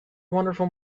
wonderful